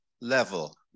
level